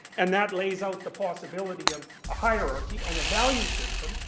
and that lays out the possibility of a hierarchy and a value system.